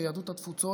יהדות התפוצות,